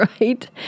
right